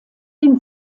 dem